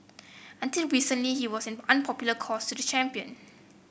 until recently he was an unpopular cause to the champion